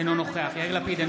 אינו נוכח יאיר לפיד,